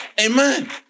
Amen